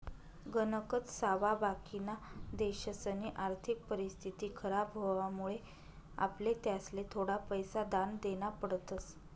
गणकच सावा बाकिना देशसनी आर्थिक परिस्थिती खराब व्हवामुळे आपले त्यासले थोडा पैसा दान देना पडतस